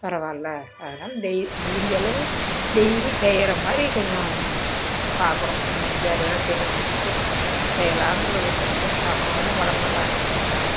பரவாயில்ல அதனால் டெய் முடிஞ்ச அளவு டெய்லியும் செய்கிற மாதிரி கொஞ்சம் பார்க்குறோம் கொஞ்சம் வேலையெல்லாம் சீக்கிரம் முடித்துட்டு செய்யலான்றதை கொஞ்சம் பார்க்கலாம் இன்னும் உடம்பு நல்லா இருக்கணுன்றதுனால்